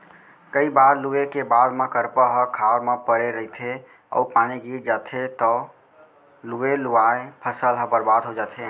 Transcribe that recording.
कइ बार लूए के बाद म करपा ह खार म परे रहिथे अउ पानी गिर जाथे तव लुवे लुवाए फसल ह बरबाद हो जाथे